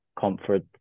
comfort